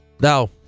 Now